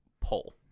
pull